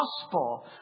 gospel